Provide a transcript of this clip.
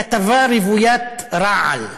כתבה רוֻויית רעל,